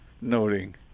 noting